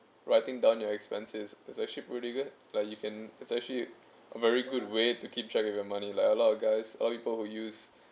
writing down your expenses is actually pretty good like you can it's actually a very good way to keep track of your money like a lot of guys all those people who use